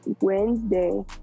Wednesday